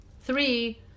Three